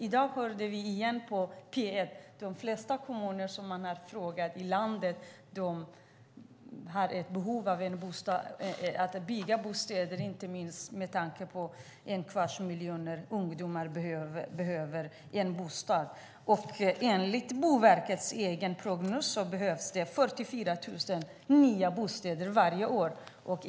I dag hörde vi igen på P1 att de flesta kommuner i landet som man har frågat har behov av att bygga bostäder, inte minst med tanke på att en kvarts miljon ungdomar behöver en bostad. Enligt Boverkets egen prognos behövs det 44 000 nya bostäder varje år.